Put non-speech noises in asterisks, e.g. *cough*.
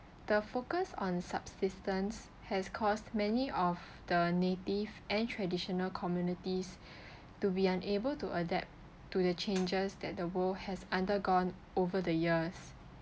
the focus on subsistence has caused many of the native and traditional communities *breath* to be unable to adapt to the changes that the world has undergone over the years